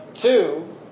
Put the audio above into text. Two